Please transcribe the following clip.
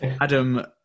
Adam